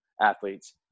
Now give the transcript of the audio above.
athletes